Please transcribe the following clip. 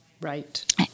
Right